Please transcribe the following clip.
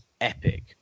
epic